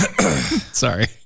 Sorry